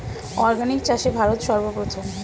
organic চাষে ভারত সর্বপ্রথম